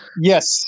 yes